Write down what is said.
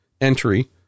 entry